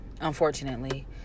unfortunately